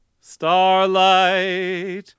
starlight